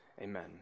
Amen